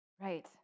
Right